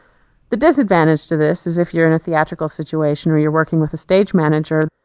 the disadvantage to this is if you're in a theatrical situation where you're working with a stage manager,